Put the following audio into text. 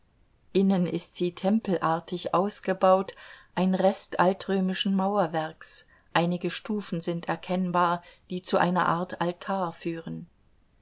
innen ist sie tempelartig ausgebaut ein rest altrömischen mauerwerks einige stufen sind erkennbar die zu einer art altar führen